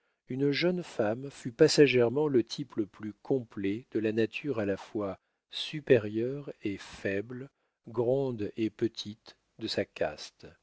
une jeune femme fut passagèrement le type le plus complet de la nature à la fois supérieure et faible grande et petite de sa caste